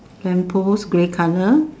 lamp post grey colour